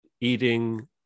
eating